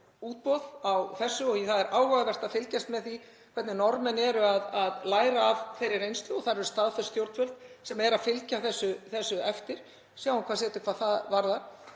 útboð og það er áhugavert að fylgjast með því hvernig Norðmenn eru að læra af þeirri reynslu og þar eru staðföst stjórnvöld sem eru að fylgja þessu eftir, sjáum hvað setur hvað það varðar.